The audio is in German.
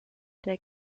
der